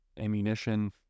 ammunition